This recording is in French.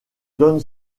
donne